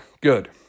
good